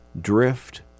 drift